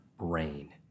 brain